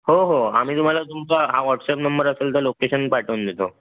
हो हो आम्ही तुम्हाला तुमचा हा व्हॉटसअप नंबर असेल तर लोकेशन पाठवून देतो